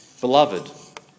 beloved